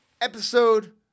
episode